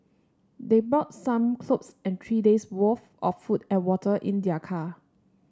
they brought some clothes and three days'worth of food and water in their car